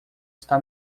está